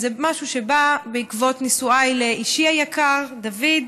זה משהו שבא בעקבות נישואיי לאישי היקר דוד.